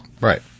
Right